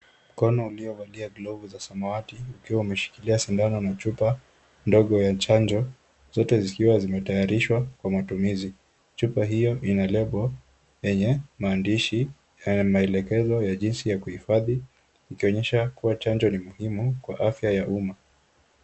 Mkono uliovalia glovu za samawati ukiwa umeshikilia sindano na chupa ndogo ya chanjo zote zikiwa zimetayarishwa kwa matumizi. Chupa hiyo ina lebo yenye maandishi na maelekezo ya jinsi ya kuhifadhi ikionyesha kuwa chanjo ni muhimu kwa afya ya umma.